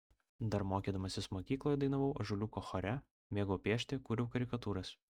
dar mokydamasis mokykloje dainavau ąžuoliuko chore mėgau piešti kūriau karikatūras